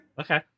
Okay